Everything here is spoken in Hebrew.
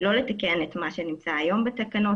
לא לתקן את מה שנמצא היום בתקנות,